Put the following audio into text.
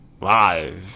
live